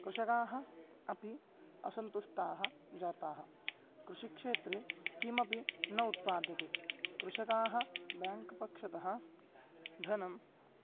कृषकाः अपि असन्तुष्टाः जाताः कृषिक्षेत्रे किमपि न उत्पाद्यते कृषकाः ब्याङ्क् पक्षतः धनं